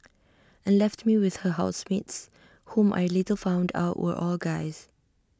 and left me with her housemates whom I later found out were all guys